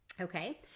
Okay